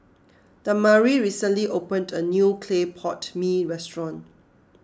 Damari recently opened a new Clay Pot Mee restaurant